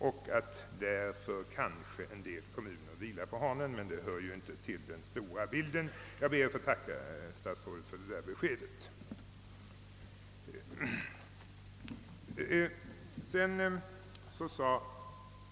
Därför vilar kanske en del kommuner i regionen på hanen; men det hör ju inte till den stora bilden. Jag ber att få tacka statsrådet Lundkvist för beskedet.